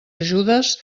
ajudes